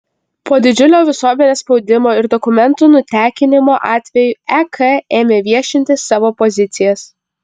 po didžiulio visuomenės spaudimo ir dokumentų nutekinimo atvejų ek ėmė viešinti savo pozicijas